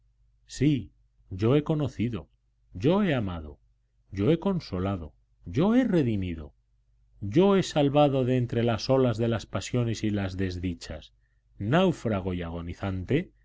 sí yo he conocido yo he amado yo he consolado yo he redimido yo he salvado de entre las olas de las pasiones y las desdichas náufrago y agonizante